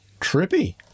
Trippy